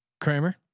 Kramer